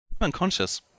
unconscious